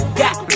got